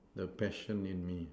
the passion in me